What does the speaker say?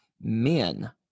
men